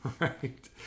Right